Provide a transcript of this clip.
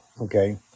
okay